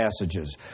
passages